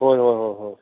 ꯍꯣꯏ ꯍꯣꯏ ꯍꯣꯏ ꯍꯣꯏ